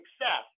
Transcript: success